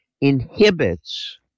inhibits